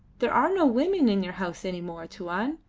there are no women in your house any more, tuan.